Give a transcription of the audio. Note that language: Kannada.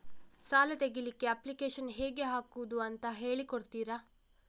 ಸಾಲ ತೆಗಿಲಿಕ್ಕೆ ಅಪ್ಲಿಕೇಶನ್ ಹೇಗೆ ಹಾಕುದು ಅಂತ ಹೇಳಿಕೊಡ್ತೀರಾ?